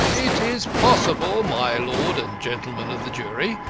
it is possible my lord and gentlemen of the jury,